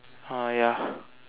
uh ya